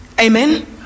Amen